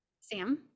Sam